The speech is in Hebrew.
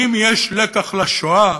אם יש לקח לשואה